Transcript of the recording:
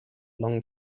long